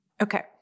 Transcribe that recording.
Okay